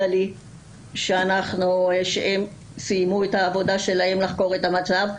לי שהם סיימו את העבודה שלהם לחקור את המצב,